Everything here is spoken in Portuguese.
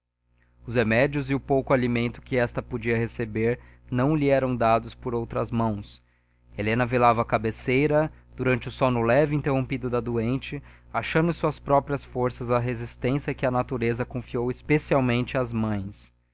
os remédios e o pouco alimento que esta podia receber não lhe eram dados por outras mãos helena velava à cabeceira durante o sono leve e interrompido da doente achando em suas próprias forças a resistência que a natureza confiou especialmente às mães